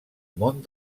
món